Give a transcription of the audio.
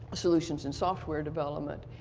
solutions and software development.